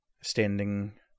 Standing